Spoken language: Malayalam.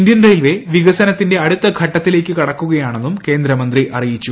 ഇന്ത്യൻ റെയിൽവേ വികസനത്തിന്റെ അടുത്ത ഘട്ടത്തിലേക്ക് കടക്കുകയാണെന്നും കേന്ദ്രമന്ത്രി അറിയിച്ചു